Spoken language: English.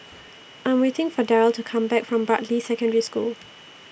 I Am waiting For Daryle to Come Back from Bartley Secondary School